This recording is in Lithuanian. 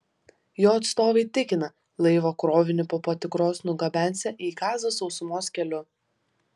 jo atstovai tikina laivo krovinį po patikros nugabensią į gazą sausumos keliu